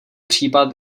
případ